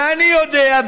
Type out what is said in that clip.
ואני יודע,